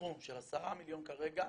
סכום של עשרה מיליון כרגע,